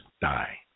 die